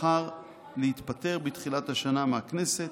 בחר להתפטר בתחילת השנה מהכנסת,